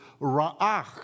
raach